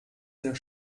der